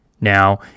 Now